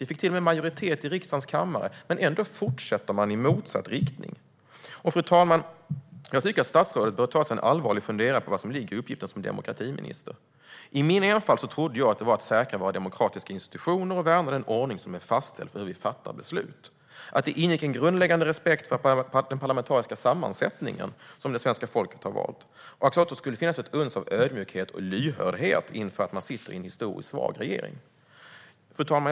Vi fick till och med majoritet i riksdagens kammare, men ändå fortsätter man i motsatt riktning. Fru talman! Jag tycker att statsrådet bör ta sig en allvarlig funderare på vad som ligger i uppgiften som demokratiminister. I min enfald trodde jag att det var att säkra våra demokratiska institutioner och värna den ordning som är fastställd för hur vi fattar beslut. Jag trodde att det ingick en grundläggande respekt för den parlamentariska sammansättning som svenska folket har valt och att det också skulle finnas ett uns av ödmjukhet och lyhördhet när man sitter i en historiskt svag regering. Fru talman!